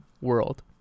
world